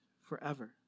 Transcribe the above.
forever